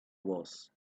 was